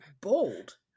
bold